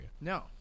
no